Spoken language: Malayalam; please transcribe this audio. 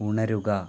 ഉണരുക